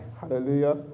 hallelujah